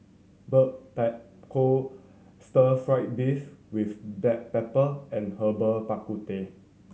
Stir Fry beef with black pepper and Herbal Bak Ku Teh